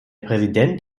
präsident